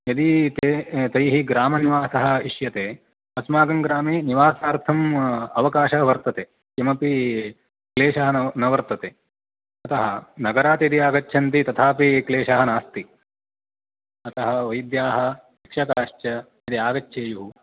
यदि ते तैः ग्रामनिवासः इष्यते अस्माकं ग्रामे निवासार्थम् अवकाशः वर्तते किमपि क्लेषः न न वर्तते अतः नगरात् यदि आगच्छन्ति तथापि क्लेषः नास्ति अतः वैद्याः शिक्षकाश्च यदि आगच्छेयुः